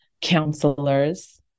counselors